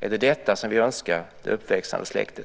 Är det detta vi önskar det uppväxande släktet?